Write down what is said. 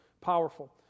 powerful